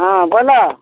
हँ बोलऽ